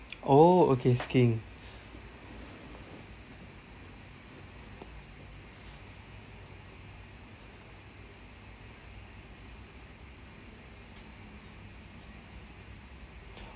oh okay skiing